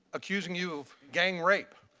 accusing you of gang rape.